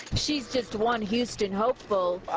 she's just one houston hopeful